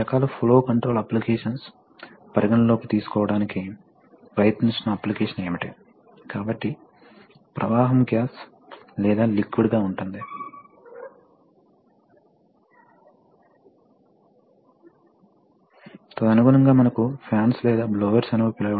ఈ రోజు మనం న్యూమాటిక్ కంట్రోల్ సిస్టమ్స్ గురించి చర్చించటం ప్రారంభిస్తాము మరియు న్యూమాటిక్ ప్రిన్సిపుల్స్ ప్రధాన న్యూమాటిక్ సిస్టమ్ భాగాలు మరియు కొన్ని సాధారణ అప్లికేషన్స్ చర్చిస్తాము